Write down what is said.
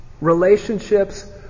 Relationships